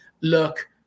look